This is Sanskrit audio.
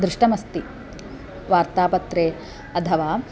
दृष्टमस्ति वार्तापत्रे अथवा